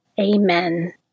Amen